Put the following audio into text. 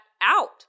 out